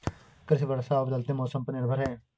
कृषि वर्षा और बदलते मौसम पर निर्भर है